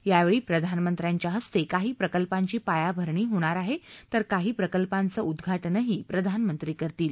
यावेळी प्रधानमंत्र्यांच्या हस्ते काही प्रकल्पांची पायाभरणी होणार आहे तर काही प्रकल्पांचं उदघाटनही प्रधानमंत्री करतील